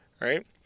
Right